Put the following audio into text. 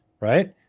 right